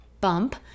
bump